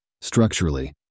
Structurally